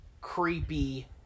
creepy